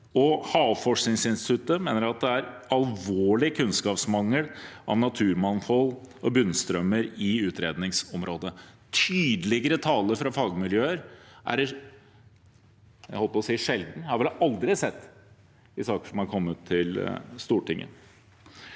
Havforskningsinstituttet mener at det er «alvorlig kunnskapsmangel om naturforhold og bunnstrømmer i utredningsområdet». Tydeligere tale fra fagmiljøer er vel sjelden – eller aldri – sett i saker som er kommet til Stortinget.